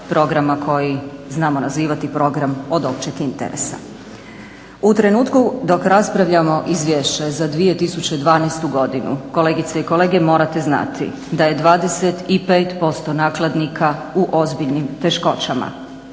U trenutku dok raspravljamo izvješće za 2012.godinu kolegice i kolege morate znati da je 25% nakladnika u ozbiljnim teškoćama,